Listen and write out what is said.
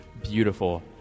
beautiful